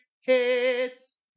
Hits